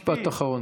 משפט אחרון,